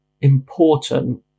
important